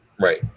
Right